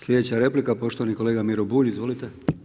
Sljedeća replika poštovani kolega Miro Bulj, izvolite.